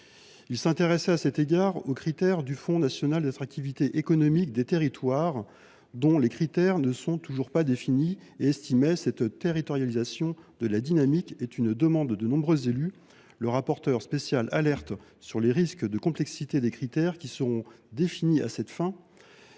Il s’intéressait à cet égard au Fonds national d’attractivité économique des territoires, dont les critères de répartition ne sont toujours pas définis. « Si cette territorialisation de la dynamique, écrivait il, est une demande de nombreux élus, le rapporteur spécial alerte sur les risques de complexité des critères qui seront définis à cette fin